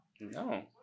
No